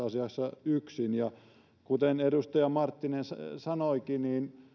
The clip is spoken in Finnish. asiassa yksin kuten edustaja marttinen sanoikin